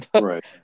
Right